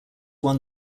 won